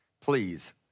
please